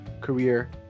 career